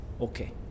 Okay